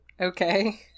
Okay